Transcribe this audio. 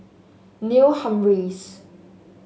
Neil Humphreys